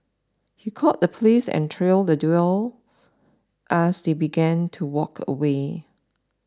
he called the police and trailed the duo as they began to walk away